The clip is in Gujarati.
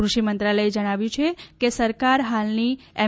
કૃષિ મંત્રાલયે જણાવ્યું છે કે સરકાર હાલની એમ